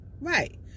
Right